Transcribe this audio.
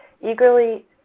eagerly